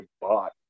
bought